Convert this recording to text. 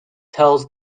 tells